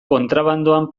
kontrabandoan